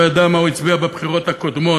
לא ידע מה הוא הצביע בבחירות הקודמות,